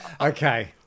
Okay